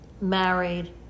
married